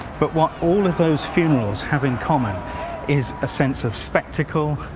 but what all of those funerals have in common is a sense of spectacle,